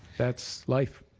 that's life,